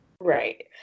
right